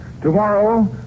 Tomorrow